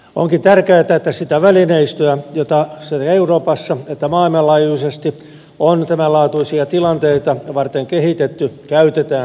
onkin tärkeätä että sitä välineistöä jota sekä euroopassa että maailmanlaajuisesti on tämänlaatuisia tilanteita varten kehitetty käytetään hyväksi